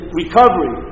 recovery